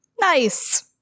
Nice